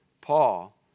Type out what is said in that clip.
Paul